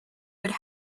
would